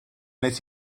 nes